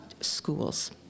schools